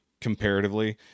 comparatively